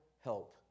help